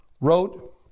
wrote